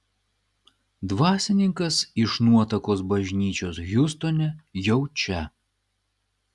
dvasininkas iš nuotakos bažnyčios hjustone jau čia